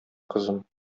кызым